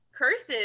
curses